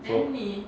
so